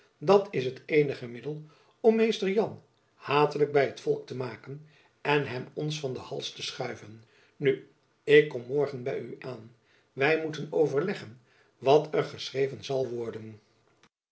dat is het eenige middel om mr jan hatelijk by t volk te maken en hem ons van den hals te schuiven nu ik kom morgen by u aan wy moeten overleggen wat er geschreven zal worden